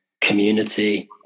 community